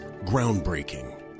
Groundbreaking